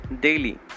daily